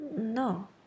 No